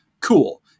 cool